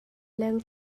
leng